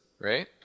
right